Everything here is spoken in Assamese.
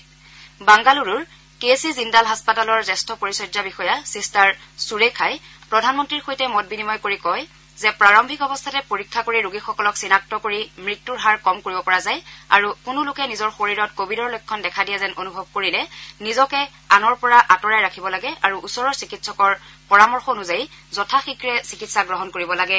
শ্ৰীমোদীয়ে লগতে বাংগালুৰুৰ কে চি জিন্দাল হাস্পতালৰ জ্যেষ্ঠ পৰিচৰ্য্যা বিষয়া চিষ্টাৰ সুৰেখাই প্ৰধানমন্ত্ৰীৰ সৈতে মত বিনিময় কৰি কয় যে প্ৰাৰম্ভিক অৱস্থাতে পৰীক্ষা কৰি ৰোগীসকলক চিনাক্ত কৰি মৃত্যুৰ হাৰ কম কৰিব পৰা যায় আৰু কোনো লোকে নিজৰ শৰীৰত কোৱিডৰ লক্ষণ দেখা দিয়া যেন অনুভৱ কৰিলে নিজকে আনৰ পৰা আঁতৰাই আনিব লাগে আৰু ওচৰৰ চিকিৎসকৰ পৰামৰ্শ অনুযায়ী যথা শীঘ্ৰে চিকিৎসা গ্ৰহণ কৰিব লাগে